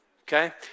Okay